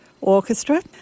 Orchestra